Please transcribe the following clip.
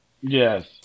Yes